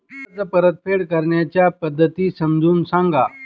कर्ज परतफेड करण्याच्या पद्धती समजून सांगा